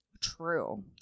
True